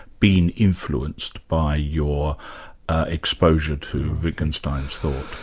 been influenced by your exposure to wittgenstein's thought?